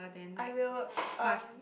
I will um